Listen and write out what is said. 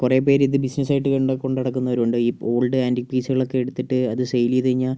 കുറെ പേര് ഇത് ബിസിനസായിട്ട് കണ്ട് കൊണ്ട് നടക്കുന്നവരുമുണ്ട് ഈ ഓൾഡ് ആൻറ്റീക് പീസുകളൊക്കെ എടുത്തിട്ട് അത് സെയിലെയ്ത് കഴിഞ്ഞാൽ